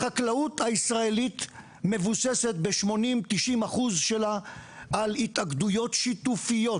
החקלאות הישראלית מבוססת ב-80%-90% שלה על התאגדויות שיתופיות